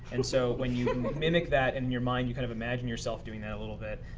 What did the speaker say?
and so when you mimic that in your mind, you kind of imagine yourself doing that a little bit.